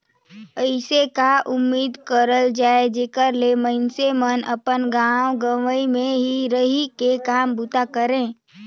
अइसे का उदिम करल जाए जेकर ले मइनसे मन अपन गाँव गंवई में ही रहि के काम बूता करें